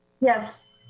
Yes